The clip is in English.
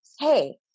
hey